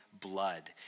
blood